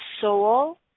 soul